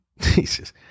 Jesus